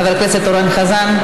חבר הכנסת אורן חזן,